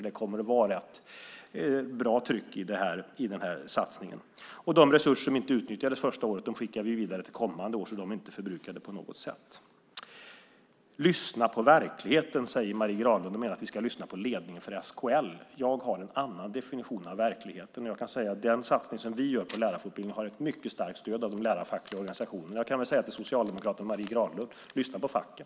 Det kommer att vara ett bra tryck på denna satsning. De resurser som inte utnyttjades under det första året skickar vi vidare till kommande år, så de är inte förbrukade på något sätt. Lyssna på verkligheten, säger Marie Granlund, och hon menar att vi ska lyssna på ledningen för SKL. Jag har en annan definition av verkligheten. Och jag kan säga att den satsning som vi gör på lärarfortbildningen har ett mycket starkt stöd från de lärarfackliga organisationerna. Jag kan säga till socialdemokraten Marie Granlund: Lyssna på facket.